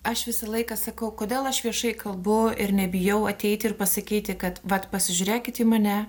aš visą laiką sakau kodėl aš viešai kalbu ir nebijau ateiti ir pasakyti kad vat pasižiūrėkit į mane